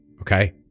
Okay